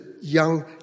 young